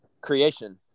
creation